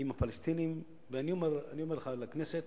ואני אומר לך, לכנסת,